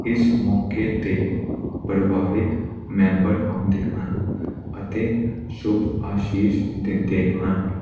ਇਸ ਮੌਕੇ 'ਤੇ ਪਰਿਵਾਰਿਕ ਮੈਂਬਰ ਆਉਂਦੇ ਹਨ ਅਤੇ ਸ਼ੁਭ ਅਸੀਸ ਦਿੰਦੇ ਹਨ